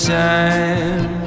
time